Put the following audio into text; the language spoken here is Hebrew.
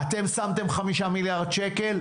אתם שמתם חמישה מיליארד שקל.